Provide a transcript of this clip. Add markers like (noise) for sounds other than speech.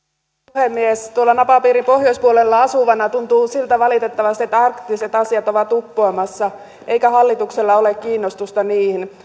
puhemies tuolla napapiirin pohjoispuolella asuvana tuntuu valitettavasti siltä että arktiset asiat ovat uppoamassa eikä hallituksella ole kiinnostusta niihin (unintelligible)